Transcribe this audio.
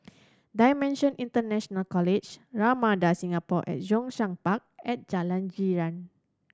Dimensions International College Ramada Singapore at Zhongshan Park and Jalan Girang